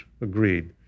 agreed